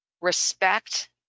respect